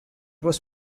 was